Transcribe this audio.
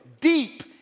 deep